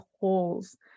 holes